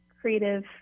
creative